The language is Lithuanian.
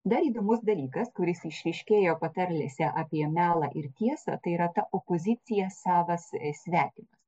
dar įdomus dalykas kuris išryškėjo patarlėse apie melą ir tiesą tai yra ta opozicija savas svetimas